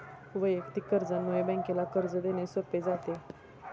वैयक्तिक कर्जामुळे बँकेला कर्ज देणे सोपे जाते